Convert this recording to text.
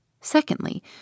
Secondly